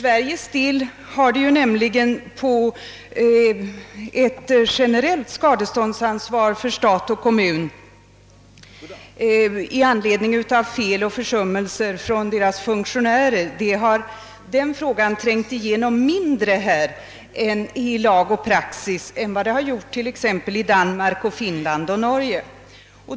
Här har nämligen frågan om ett generellt skadeståndsansvar för stat och kommun för fel och försummelser som deras funktionärer begått trängt igenom mindre i lag och praxis än vad fallet är t.ex. i Danmark, Finland och Norge.